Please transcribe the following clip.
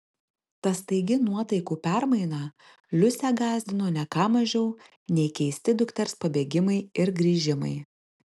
ta staigi nuotaikų permaina liusę gąsdino ne ką mažiau nei keisti dukters pabėgimai ir grįžimai